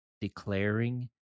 declaring